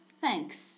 Thanks